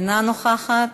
אינה נוכחת.